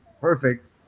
perfect